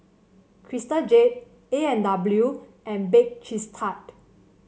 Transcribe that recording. Crystal Jade A and W and Bake Cheese Tart